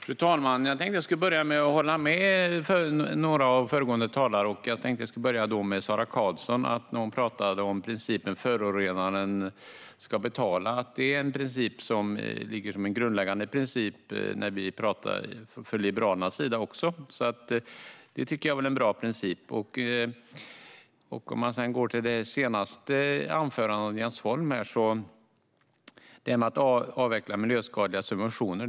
Fru talman! Jag tänkte att jag skulle börja med att hålla med några av de föregående talarna, och jag tänkte börja med Sara Karlsson. Hon talade om principen om att förorenaren ska betala. Det är en grundläggande princip också för Liberalerna. Det tycker jag är en bra princip. Jens Holm talade om att avveckla miljöskadliga subventioner.